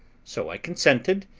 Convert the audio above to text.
so i consented,